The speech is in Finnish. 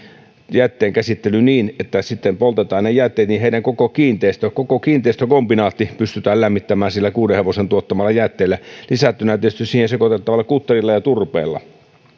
jätteenkäsittelyn niin että sitten poltetaan ne jätteet niin heidän koko kiinteistökombinaattinsa pystytään lämmittämään sillä kuuden hevosen tuottamalla jätteellä lisättynä tietysti siihen sekoitettavalla kutterilla ja turpeella